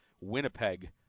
winnipeg